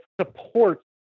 supports